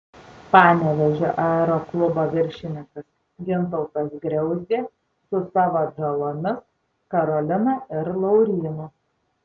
panevėžio aeroklubo viršininkas gintautas griauzdė su savo atžalomis karolina ir laurynu